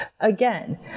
Again